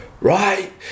right